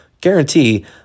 guarantee –